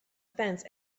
fence